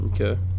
Okay